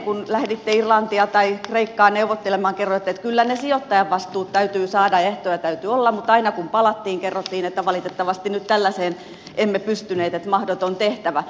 kun lähditte irlantia tai kreikkaa neuvottelemaan kerroitte etukäteen että kyllä ne sijoittajan vastuut täytyy saada ja ehtoja täytyy olla mutta aina kun palattiin kerrottiin että valitettavasti nyt tällaiseen emme pystyneet että mahdoton tehtävä